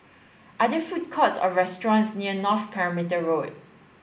are there food courts or restaurants near North Perimeter Road